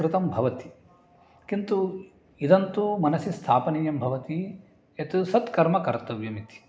कृतं भवति किन्तु इदन्तु मनसि स्थापनीयं भवति यत् सत् कर्म कर्तव्यमिति